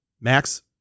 Max